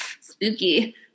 Spooky